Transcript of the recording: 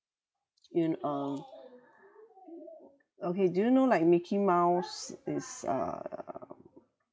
in uh okay do you know like mickey mouse is uh